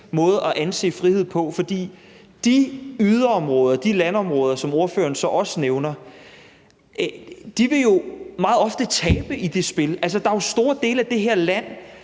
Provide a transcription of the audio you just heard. måde at anse frihed på. For de yderområder, de landområder, som ordføreren også nævner, vil jo meget ofte tabe i det spil. Altså, der er jo store dele af det her land,